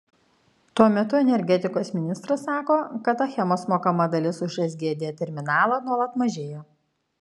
tuo metu energetikos ministras sako kad achemos mokama dalis už sgd terminalą nuolat mažėja